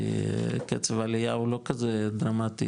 כי קצב העלייה הוא לא כזה דרמטי.